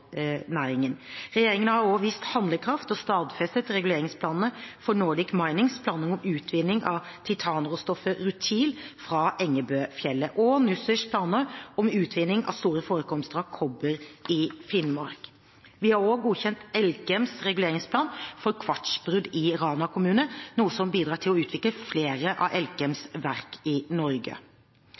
Regjeringen har vist handlekraft og stadfestet reguleringsplanen for Nordic Minings planer om utvinning av titan-råstoffet rutil fra Engebøfjellet og Nussirs planer om utvinning av store forekomster av kobber i Finnmark. Vi har også godkjent Elkems reguleringsplan for kvartsbrudd i Rana kommune, noe som bidrar til å utvikle flere av Elkems verk i Norge.